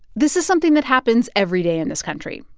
this is something that happens every day in this country.